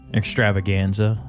extravaganza